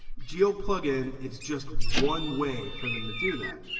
geo plugin is just one way for them to do that,